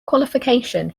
qualification